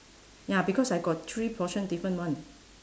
ya because I got three portion different one